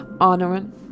honoring